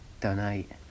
donate